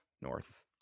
north